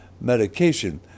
medication